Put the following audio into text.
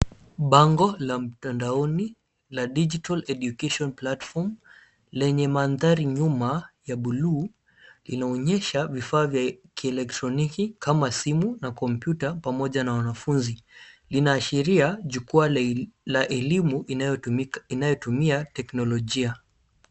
Bango la mtandaoni la Digital Education Platform lenye mandhari nyuma ya blue inaonyesha vifaa vya kieletroniki kama simu na kompyuta pamoja na wanafunzi. Inaashiria jukwaa la elimu inayotumia teknolojia.